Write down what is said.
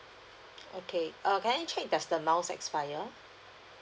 okay err can I check does the miles expire